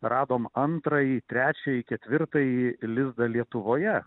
radom antrąjį trečiąjį ketvirtąjį lizdą lietuvoje